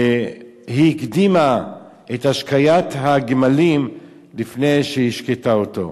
היא הקדימה את השקיית הגמלים לפני שהיא השקתה אותו.